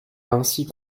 ainsi